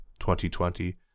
2020